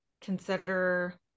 consider